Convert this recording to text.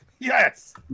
Yes